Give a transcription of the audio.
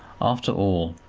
after all,